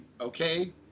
okay